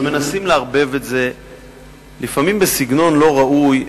שמנסים לערבב את זה לפעמים בסגנון לא ראוי,